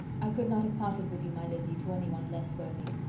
i could not have parted with you, my lizzy, to anyone less worthy.